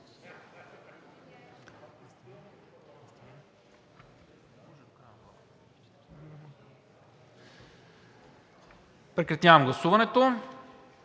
Прекратявам гласуването